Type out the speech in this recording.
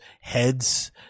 heads